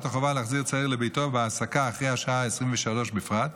החובה להחזיר צעיר לביתו בהעסקה אחרי השעה 23:00 בפרט,